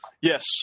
Yes